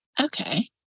Okay